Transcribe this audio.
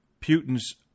Putin's